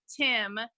Tim